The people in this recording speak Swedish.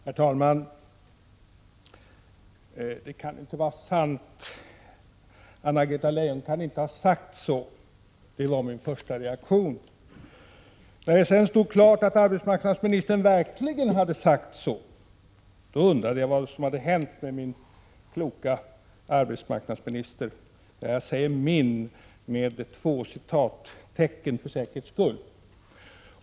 Herr talman! Det kan inte vara sant. Anna-Greta Leijon kan inte ha sagt så. Det var min första reaktion. När det sedan stod klart att arbetsmarknadsministern verkligen hade sagt så, undrade jag vad som hänt med ”min” kloka arbetsmarknadsminister. Jag säger min med citattecken för säkerhets skull.